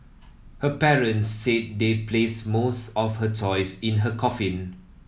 her parents said they placed most of her toys in her coffin